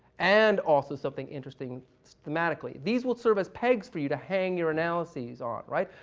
and also something interesting systematically. these will serve as pegs for you to hang your analyses on, right?